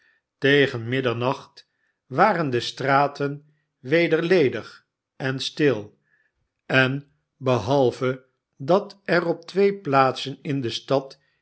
tegen middernacht waren de straten weder ledig en stil en behalve dat er op twee plaatsen in de stad